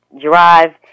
drive